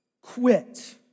quit